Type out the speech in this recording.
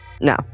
No